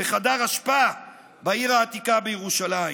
בחדר אשפה בעיר העתיקה בירושלים".